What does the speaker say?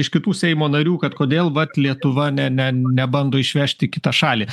iš kitų seimo narių kad kodėl vat lietuva ne ne nebando išvežti į kitą šalį